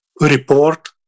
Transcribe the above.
report